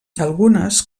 algunes